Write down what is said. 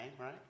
right